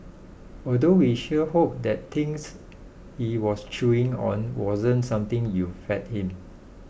although we sure hope that thing he was chewing on wasn't something you fed him